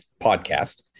podcast